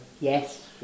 Yes